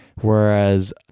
whereas